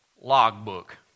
logbook